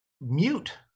mute